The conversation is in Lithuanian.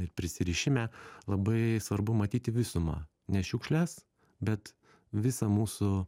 ir prisirišime labai svarbu matyti visumą ne šiukšles bet visą mūsų